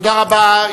תודה רבה.